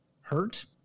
hurt